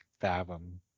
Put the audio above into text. fathom